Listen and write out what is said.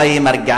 אולי היא מרגיעה,